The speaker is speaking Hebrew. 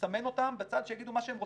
מסמן אותם בצד, שיגידו מה שהם רוצים,